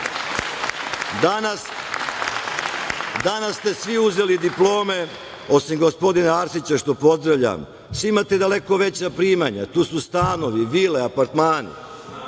Danas ste svi uzeli diplome, osim gospodina Arsića, što pozdravljam, svi imate daleko veća primanja, tu su stanovi, vile, apartmani.